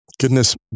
goodness